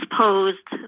posed